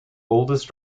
oldest